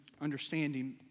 understanding